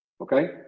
Okay